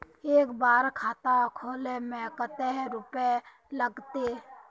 एक बार खाता खोले में कते रुपया लगते?